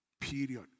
Period